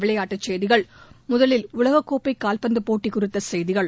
விளையாட்டுச் செய்திகள் முதலில் உலகக்கோப்பை கால்பந்து போட்டிக் குறித்த செய்திகள்